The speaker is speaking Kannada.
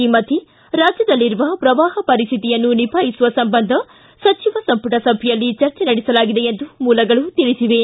ಈ ಮಧ್ಯೆ ರಾಜ್ಯದಲ್ಲಿರುವ ಪ್ರವಾಪ ಪರಿಸ್ತಿತಿಯನ್ನು ನಿಭಾಯಿಸುವ ಸಂಬಂಧ ಸಚಿವ ಸಂಪುಟ ಸಭೆಯಲ್ಲಿ ಚರ್ಚೆ ನಡೆಸಲಾಗಿದೆ ಎಂದು ಮೂಲಗಳು ತಿಳಿಸಿವೆ